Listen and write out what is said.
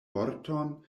vorton